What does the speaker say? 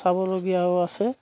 চাবলগীয়াও আছে